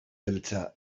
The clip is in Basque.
beltza